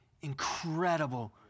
incredible